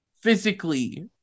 physically